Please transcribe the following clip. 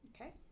Okay